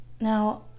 Now